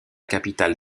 capitale